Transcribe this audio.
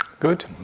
Good